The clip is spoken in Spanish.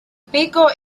pico